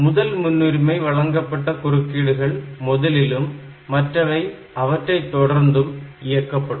முதல் முன்னுரிமை வழங்கப்பட்ட குறுக்கீடுகள் முதலிலும் மற்றவை அவற்றைத் தொடர்ந்தும் இயக்கப்படும்